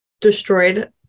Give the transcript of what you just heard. destroyed